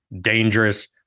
dangerous